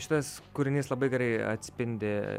šitas kūrinys labai gerai atspindi